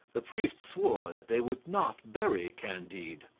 the priest swore that they would not bury candide.